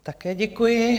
Také děkuji.